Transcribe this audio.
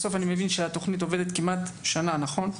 בסוף אני מבין שהתוכנית עובדת כמעט שנה, נכון?